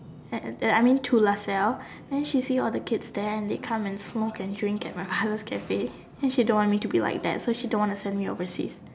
and at I mean to Lasalle then she see all the kids there and they come smoke and drink at my mother's Cafe then she don't want me like that so she don't want to send me overseas